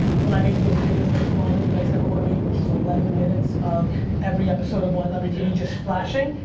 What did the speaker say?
would i make those videos once in a while that you guys never want to make. which is eleven minutes of every episode of wine library tv just flashing.